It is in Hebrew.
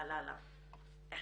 לא